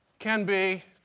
can be